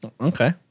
Okay